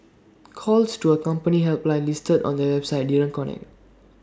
calls to A company helpline listed on their website didn't connect